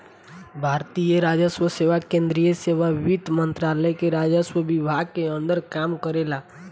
भारतीय राजस्व सेवा केंद्रीय सेवा वित्त मंत्रालय के राजस्व विभाग के अंदर काम करेला